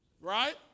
Right